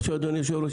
אדוני היושב-ראש,